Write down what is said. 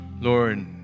Lord